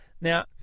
Now